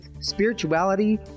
spirituality